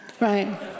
right